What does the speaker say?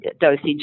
dosage